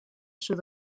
sud